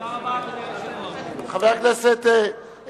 תודה רבה, אדוני היושב-ראש.